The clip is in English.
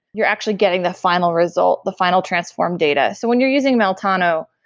you're actually getting the final result, the final transform data so when you're using meltano,